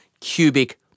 cubic